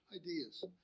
ideas